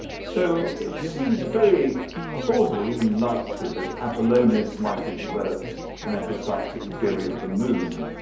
so it seems very plausible, even likely, that apollonios might have developed an epicyclic theory of the moon.